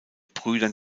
brüdern